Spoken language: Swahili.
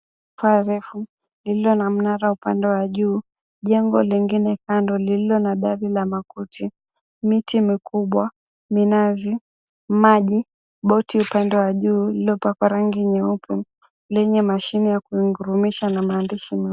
Paa refu lililo na mnara upande wa juu. Jengo lingine kando lililo na dari la makuti, miti mikubwa, minazi, maji, boti upande wa juu lililopakwa rangi nyeupe lenye mashine ya kuingurumisha na maandishi meusi.